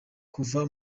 kuva